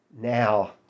now